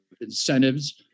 incentives